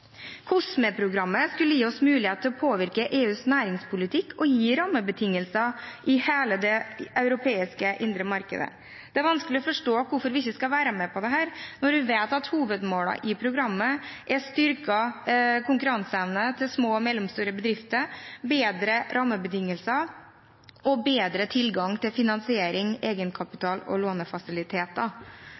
skulle gi oss mulighet til å påvirke EUs næringspolitikk og gi bedre rammebetingelser i hele det europeiske indre markedet. Det er vanskelig å forstå hvorfor vi ikke skal være med på dette, når vi vet at hovedmålene i programmet er styrket konkurranseevne for små og mellomstore bedrifter, bedre rammebetingelser og bedre tilgang til finansiering, egenkapital og lånefasiliteter.